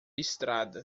estrada